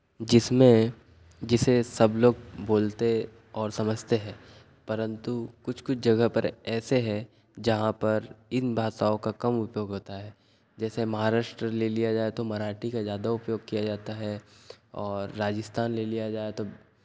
जिसमें जिसे सब लोग बोलते और समझते हैं परन्तु कुछ कुछ जगह पर ऐसे हैं जहाँ पर इन भाषाओं का कम उपयोग होता है जैसे महाराष्ट्र ले लिया जाए तो मराठी का ज्यादा उपयोग किया जाता है और राजस्थान ले लिया जाए तो